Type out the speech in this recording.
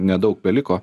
nedaug beliko